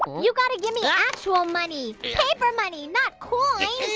you gotta give me actual money paper money! not coins!